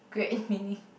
great meaning